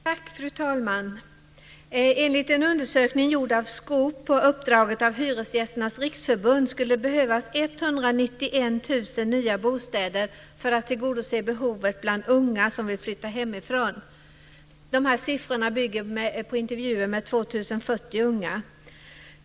Fru talman! Enligt en undersökning gjord av Skoop på uppdrag av Hyresgästernas Riksförbund skulle det behövas 191 000 nya bostäder för att tillgodose behovet bland unga som vill flytta hemifrån. Siffrorna bygger på intervjuer med 2 040 unga.